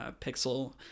pixel